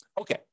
Okay